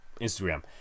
Instagram